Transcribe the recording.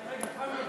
אומנם